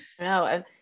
No